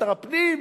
שר הפנים.